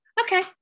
okay